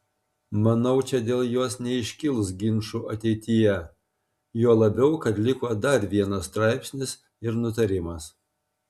manau čia dėl jos neiškils ginčų ateityje juo labiau kad liko dar vienas straipsnis ir nutarimas